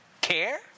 care